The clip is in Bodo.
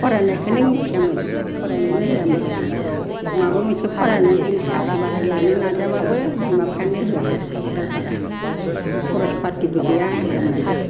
फरायनायखोनो मिथियामोन फरायनोनो होआमोन माबा मोनसे फरायनानै जों साख्रि बाख्रि लानो नाजाब्लाबो बिमा बिफायानो होआ आगारहरा खरस पातिबो गैया होननानै